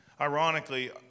ironically